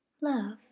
love